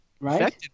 Right